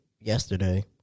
yesterday